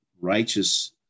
righteous